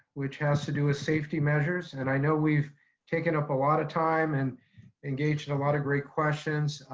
which has to do a safety measures. and i know we've taken up a lot of time and engaged in a lot of great questions,